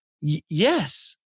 Yes